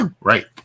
Right